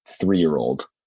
three-year-old